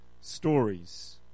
stories